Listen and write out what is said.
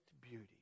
beauty